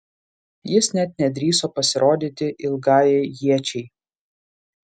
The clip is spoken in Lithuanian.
jis net nedrįso pasirodyti ilgajai iečiai